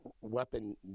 weapon